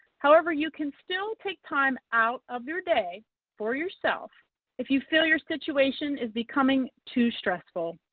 however, you can still take time out of your day for yourself if you feel your situation is becoming too stressful.